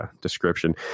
description